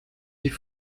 die